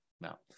now